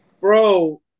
bro